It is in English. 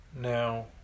Now